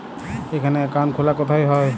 এখানে অ্যাকাউন্ট খোলা কোথায় হয়?